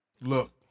Look